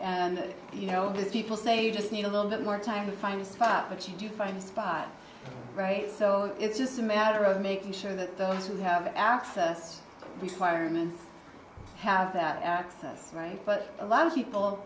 and you know because people say you just need a little bit more time to find a spot but you do find a spot right so it's just a matter of making sure that those who have access to the firemen have that access right but a lot of people